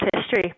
history